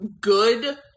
good